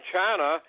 China